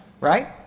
Right